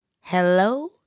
Hello